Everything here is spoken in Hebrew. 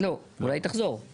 לא, אולי היא תחזור.